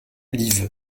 liv